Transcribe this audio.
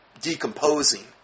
decomposing